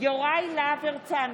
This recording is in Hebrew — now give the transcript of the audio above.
יוראי להב הרצנו,